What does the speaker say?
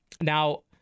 now